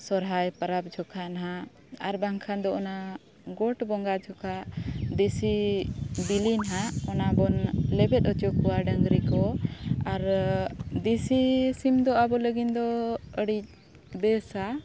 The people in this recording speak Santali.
ᱥᱚᱦᱚᱨᱟᱭ ᱯᱟᱨᱟᱵᱽ ᱡᱚᱠᱷᱟᱱ ᱱᱟᱦᱟᱜ ᱟᱨ ᱵᱟᱝᱠᱷᱟᱱ ᱫᱚ ᱚᱱᱟ ᱜᱚᱴ ᱵᱚᱸᱜᱟ ᱡᱚᱠᱷᱮᱡ ᱫᱮᱥᱤ ᱵᱤᱞᱤ ᱦᱟᱜ ᱚᱱᱟᱵᱚᱱ ᱞᱮᱵᱮᱫ ᱦᱚᱪᱚ ᱠᱚᱣᱟ ᱰᱟᱹᱝᱨᱤ ᱠᱚ ᱟᱨ ᱫᱮᱥᱤ ᱥᱤᱢ ᱫᱚ ᱟᱵᱚ ᱞᱟᱹᱜᱤᱫ ᱫᱚ ᱟᱹᱰᱤ ᱵᱮᱥᱟ